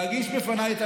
ולהגיש בפניי,